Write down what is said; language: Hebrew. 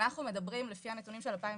כשאנחנו מדברים, לפי הנתונים של 2016,